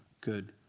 good